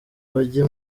bajye